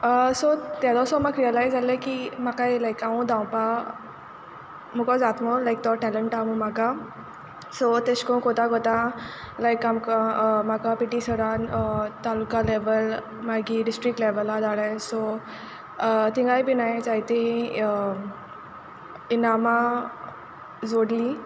so तेका लागोन म्हाका रियलायज जालें की म्हाका हांवूं धांवपा मुको जाता म्हुणोन लायक तो टेलंट आहा म्हूण म्हाका सो तेशें कोन्न कोत्ता कोत्ता लायक आमकां म्हाका पिटी सरान तालुका लेवल मागीर डिस्ट्रिक्ट लेवला धाडलें सो थिंगांय बी हांयें जायतीं इनामां जोडलीं